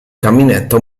caminetto